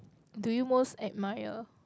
do you most admire